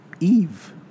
Eve